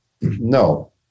No